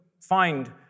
find